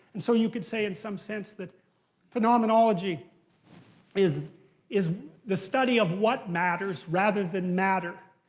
and so you could say in some sense that phenomenology is is the study of what matters, rather than matter.